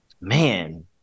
man